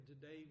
today